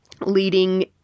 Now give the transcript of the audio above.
leading